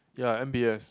ya M_b_S